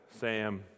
Sam